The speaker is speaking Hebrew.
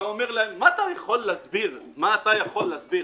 מה אתה יכול להסביר?